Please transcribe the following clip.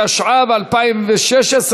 התשע"ו 2016,